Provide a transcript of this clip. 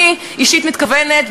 אני אישית מתכוונת,